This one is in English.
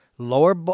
lower